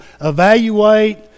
evaluate